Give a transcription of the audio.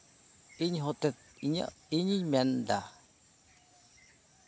ᱤᱧ ᱦᱚᱛᱮᱛᱮ ᱤᱧᱟᱹᱜ ᱤᱧᱤᱧ ᱢᱮᱱ ᱮᱫᱟ